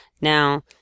Now